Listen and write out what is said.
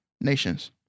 nations